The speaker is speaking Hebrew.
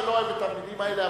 אני לא אוהב את המלים האלה,